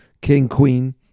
king-queen